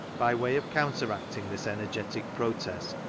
by way of counteracting this energetic protest,